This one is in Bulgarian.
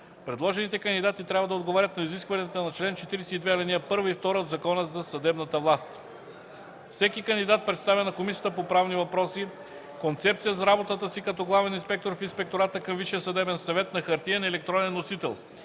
Предложените кандидати трябва да отговарят на изискванията на чл. 42, ал. 1 и 2 от Закона за съдебната власт. Всеки кандидат представя на Комисията по правни въпроси: - концепция за работата си като главен инспектор в Инспектората към Висшия съдебен съвет на хартиен и електронен носител;